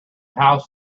house